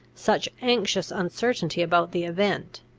such anxious uncertainty about the event